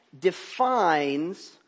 defines